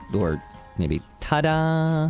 and or maybe ta-da!